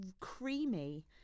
creamy